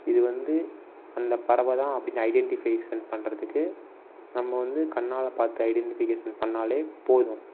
இது வந்து அந்தப் பறவை தான் அப்படின்னு ஐடென்டிஃபிகேஷன் பண்றதுக்கு நம்ம வந்து கண்ணால் பார்த்து ஐடென்டிஃபிகேஷன் பண்ணாலே போதும்